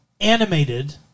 animated